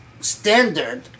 standard